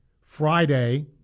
Friday